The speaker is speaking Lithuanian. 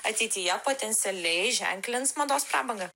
ateityje potencialiai ženklins mados prabangą